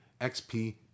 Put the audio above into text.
XP